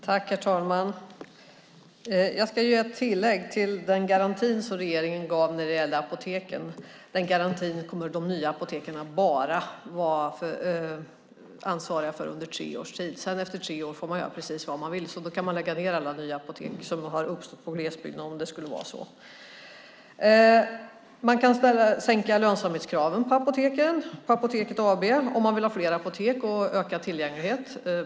Herr talman! Jag ska göra ett tillägg till den garanti som regeringen gav när det gäller apoteken. Den garantin kommer de nya apoteken att vara ansvariga för bara under tre års tid. Efter tre år får de göra precis som de vill. Då kan man lägga ned alla nya apotek som har uppstått i glesbygden, om det nu skulle vara så. Man kan sänka lönsamhetskraven på Apoteket AB om man vill ha fler apotek och ökad tillgänglighet.